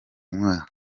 mwaka